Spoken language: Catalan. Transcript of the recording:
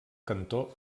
cantó